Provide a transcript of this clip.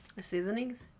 Seasonings